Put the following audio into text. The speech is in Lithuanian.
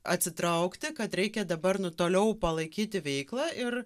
atsitraukti kad reikia dabar nu toliau palaikyti veiklą ir